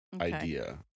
idea